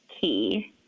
key